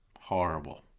Horrible